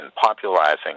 popularizing